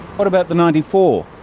what about the ninety four,